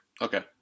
okay